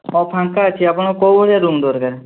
ହଁ ଫାଙ୍କା ଅଛି ଆପଣଙ୍କୁ କେଉଁ ଭଳିଆ ରୁମ ଦରକାର